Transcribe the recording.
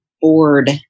Bored